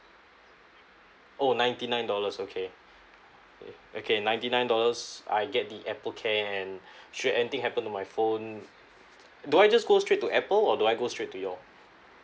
oh ninety nine dollars okay okay ninety nine dollars I get the apple care and should anything happened to my phone do I just go straight to apple or do I go straight to you all